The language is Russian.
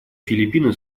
филиппины